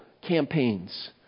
campaigns